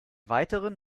weiteren